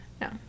No